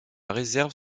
réserve